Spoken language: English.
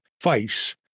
face